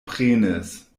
prenis